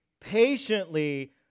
patiently